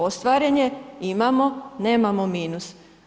Ostvaren je, imamo, nemamo minus.